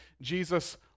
Jesus